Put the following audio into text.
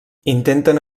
intenten